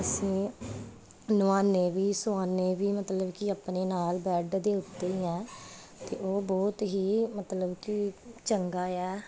ਅਸੀਂ ਨਵਾਨੇ ਵੀ ਸੁਆਨੇ ਵੀ ਮਤਲਬ ਕਿ ਆਪਣੇ ਨਾਲ ਬੈਡ ਦੇ ਉੱਤੇ ਹੀ ਹਾਂ ਅਤੇ ਉਹ ਬਹੁਤ ਹੀ ਮਤਲਬ ਕਿ ਚੰਗਾ ਆ